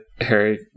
Harry